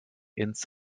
ins